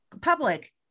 public